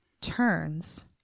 turns